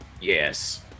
Yes